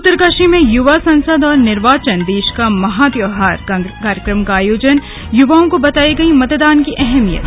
उत्तरकाशी में युवा संसद और निर्वाचनदेश का महात्योहार कार्यक्रम का आयोजनयुवाओं को बताई गई मतदान की अहमियत